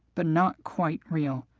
but not quite real.